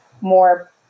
more